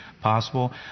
possible